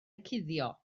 cuddio